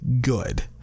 good